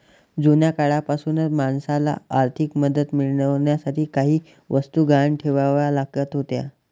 जुन्या काळापासूनच माणसाला आर्थिक मदत मिळवण्यासाठी काही वस्तू गहाण ठेवाव्या लागत होत्या